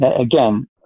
Again